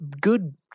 good